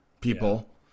people